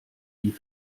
wie